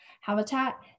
habitat